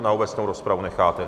Na obecnou rozpravu to necháte.